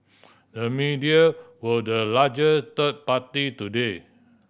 the media were the larger third party today